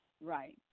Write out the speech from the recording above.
Right